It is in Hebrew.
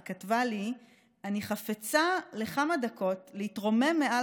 היא כתבה לי: אני חפצה לכמה דקות להתרומם מעל